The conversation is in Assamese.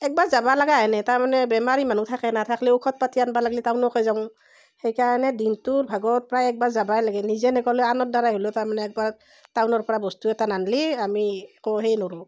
একবাৰ যাব লগা হেনেই তাৰমানে বেমাৰী মানুহ থাকে না থাকিলে ঔষধ পাতি আনিব লাগিলে টাউনতে যাওঁ সেই কাৰণে দিনটোৰ ভাগত প্ৰায় একবাৰ যাবই লাগে নিজে ন'গলেও আনৰ দ্বাৰা হ'লেও তাৰমানে একবাৰ টাউনৰ পৰা বস্তু এটা নানিলে আমি একো সেই নোৱাৰোঁ